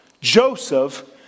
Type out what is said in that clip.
Joseph